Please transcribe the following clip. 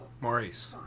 Maurice